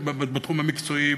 בתחום המקצועי,